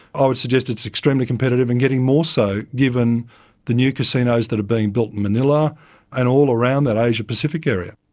i would suggest it's extremely competitive and getting more so given the new casinos that are being built in manilla and all around that asia pacific area.